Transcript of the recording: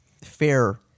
Fair